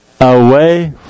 away